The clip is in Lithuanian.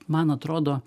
man atrodo